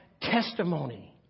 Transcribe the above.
testimony